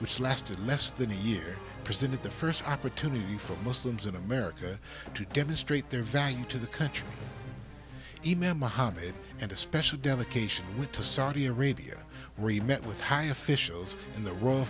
which lasted less than a year presented the first opportunity for muslims in america to demonstrate their value to the country and especially dedication to saudi arabia re met with high officials in the royal